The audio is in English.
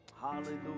Hallelujah